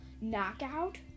Knockout